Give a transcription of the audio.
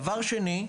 דבר שני,